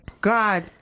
God